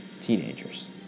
teenagers